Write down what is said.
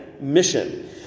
mission